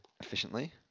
efficiently